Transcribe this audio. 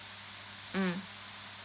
mm